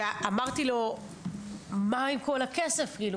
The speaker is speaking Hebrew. ואמרתי לו "מה עם כל הכסף?"?.